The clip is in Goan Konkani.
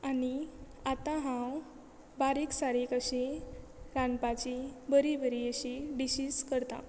आनी आतां हांव बारीक सारीक अशी रांदपाची बरी बरी अशी डिशीज करतां